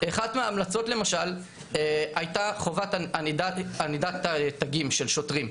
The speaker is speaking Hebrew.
אחת מההמלצות למשל הייתה חובת ענידת תגים של שוטרים.